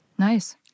Nice